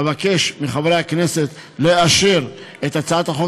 אבקש מחברי הכנסת לאשר את הצעת החוק